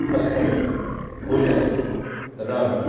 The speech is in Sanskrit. तस्मै भोजनं ददामि